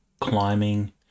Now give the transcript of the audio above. climbing